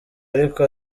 ariko